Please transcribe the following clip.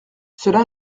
cela